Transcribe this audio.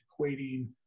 equating